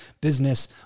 business